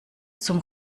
zum